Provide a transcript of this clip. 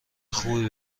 خوبی